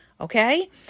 okay